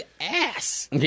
ass